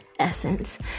essence